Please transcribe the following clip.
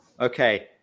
okay